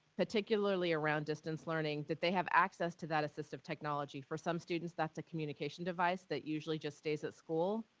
particularly around distance learning, that they have access to that assistive technology. for some students that's a communication device that usually just stays at school.